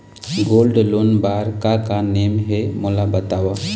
Gold loan बार का का नेम हे, मोला बताव?